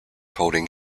holding